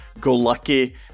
go-lucky